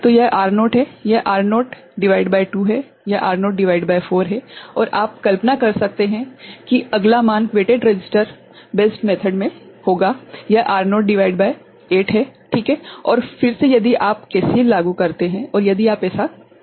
तो यह R0 है यह R0 भागित 2 है यह R0 भागित 4 है और आप कल्पना कर सकते हैं कि अगला मान वेटेड रसिस्टर आधारित विधि में होगा यह R0 भागित 8 है - ठीक है और फिर से यदि आप KCL लागू करते हैं और यदि आप ऐसा करते जाते हैं